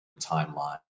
timeline